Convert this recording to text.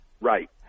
Right